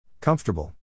Comfortable